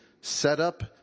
setup